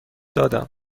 دادم